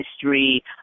history